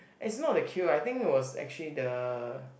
it's not the queue I think was actually the